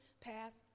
past